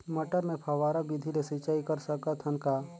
मटर मे फव्वारा विधि ले सिंचाई कर सकत हन का?